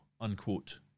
unquote